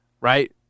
right